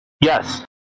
Yes